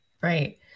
Right